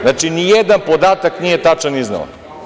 Znači, ni jedan podatak nije tačan iznela.